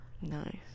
nice